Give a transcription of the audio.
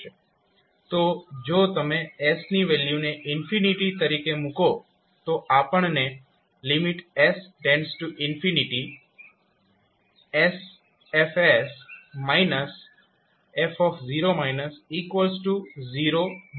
તો જો તમે s ની વેલ્યુને તરીકે મૂકો તો આપણને ssF f0 મળશે